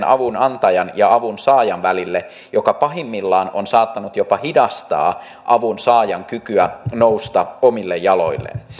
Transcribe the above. avunantajan ja avunsaajan välille epäterveen riippuvuussuhteen joka pahimmillaan on saattanut jopa hidastaa avunsaajan kykyä nousta omille jaloilleen